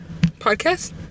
podcast